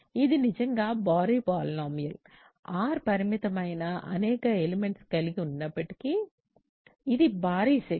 ఇది నిజంగా భారీ పాలినోమియల్ R పరిమితమైన అనేక ఎలిమెంట్స్ కలిగి ఉన్నప్పటికీ ఇది భారీ సెట్